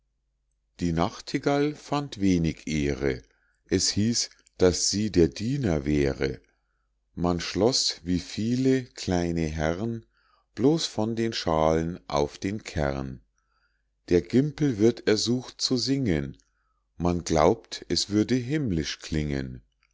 die nachtigall fand wenig ehre es hieß daß sie der diener wäre man schloß wie viele kleine herr'n blos von den schalen auf den kern der gimpel wird ersucht zu singen man glaubt es würde himmlisch klingen